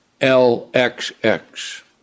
LXX